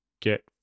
get